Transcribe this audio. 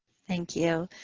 thank you.